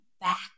back